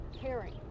caring